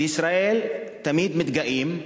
בישראל תמיד מתגאים,